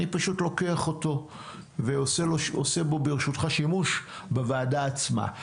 ואני פשוט לוקח אותו ועושה בו ברשותך שימוש בוועדה עצמה.